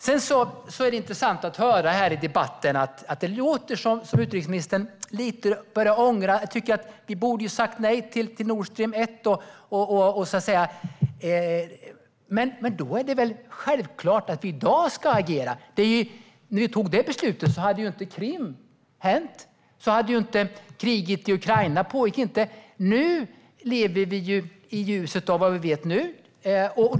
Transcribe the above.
Det är intressant att det i debatten låter som att utrikesministern lite antyder att vi borde ha sagt nej till Nord Stream 1. Då är det väl självklart att vi i dag ska agera. När vi fattade det beslutet hade det inte hänt något på Krim, och kriget i Ukraina pågick inte. Vi lever i ljuset av vad vi vet nu.